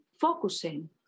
focusing